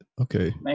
okay